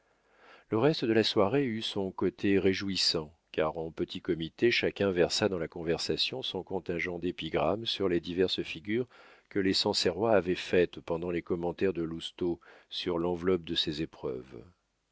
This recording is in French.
le reste de la soirée eut son côté réjouissant car en petit comité chacun versa dans la conversation son contingent d'épigrammes sur les diverses figures que les sancerrois avaient faites pendant les commentaires de lousteau sur l'enveloppe de ses épreuves